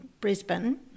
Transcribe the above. Brisbane